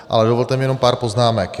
Ale dovolte mi jenom pár poznámek.